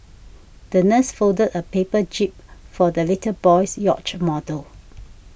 the nurse folded a paper jib for the little boy's yacht model